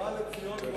ובא לציון גואל.